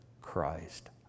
Christ